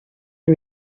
les